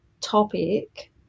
topic